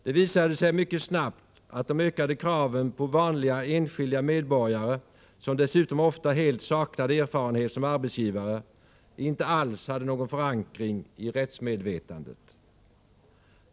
Det visade sig mycket snabbt att de ökade kraven på vanliga enskilda medborgare, som dessutom ofta helt saknar erfarenhet som arbetsgivare, inte alls hade någon förankring i rättsmedvetandet.